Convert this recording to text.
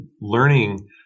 learning